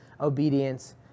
obedience